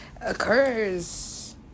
occurs